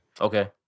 Okay